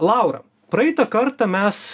laura praeitą kartą mes